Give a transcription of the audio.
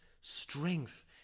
strength